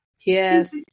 Yes